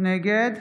נגד